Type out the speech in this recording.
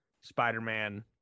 Spider-Man